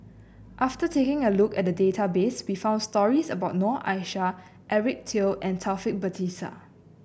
after taking a look at the database we found stories about Noor Aishah Eric Teo and Taufik Batisah